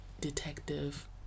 detective